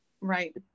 Right